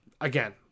again